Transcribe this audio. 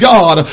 God